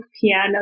piano